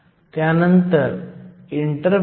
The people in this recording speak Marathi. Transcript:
तर आता भाग डी वर जाऊया